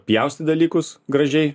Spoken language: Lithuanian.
pjaustyt dalykus gražiai